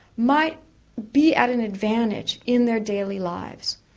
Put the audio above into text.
might be at an advantage in their daily lives.